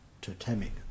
totemic